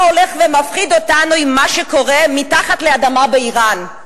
אתה הולך ומפחיד אותנו עם מה שקורה מתחת לאדמה באירן.